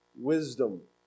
wisdom